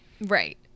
Right